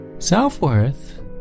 Self-worth